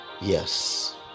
Yes